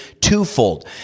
twofold